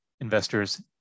investors